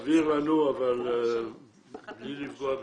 תעביר לנו, אבל בלי לפגוע בבריאותכם,